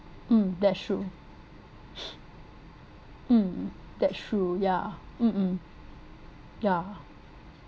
mm that's true mm that's true yeah mm mm yeah